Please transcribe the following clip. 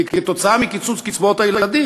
כי כתוצאה מקיצוץ קצבאות הילדים,